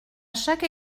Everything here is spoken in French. chaque